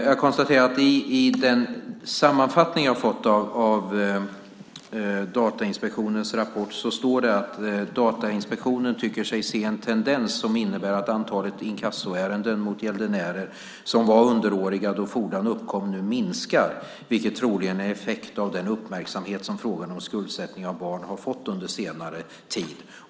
Jag konstaterar att det i den sammanfattning som jag har fått av Datainspektionens rapport står att Datainspektionen tycker sig se en tendens som innebär att antalet inkassoärenden mot gäldenärer som var underåriga då fordran uppkom nu minskar, vilket troligen är en effekt av den uppmärksamhet som frågan om skuldsättning av barn har fått under senare tid.